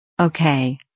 Okay